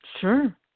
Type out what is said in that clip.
Sure